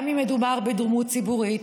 גם אם מדובר בדמות ציבורית